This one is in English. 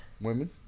Women